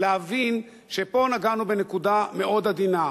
להבין שפה נגענו בנקודה מאוד עדינה,